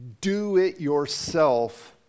do-it-yourself